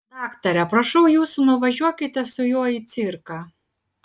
daktare prašau jūsų nuvažiuokite su juo į cirką